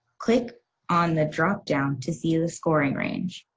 click on the drop down to see the scoring range.